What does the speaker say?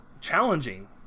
challenging